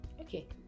Okay